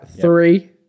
Three